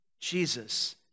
Jesus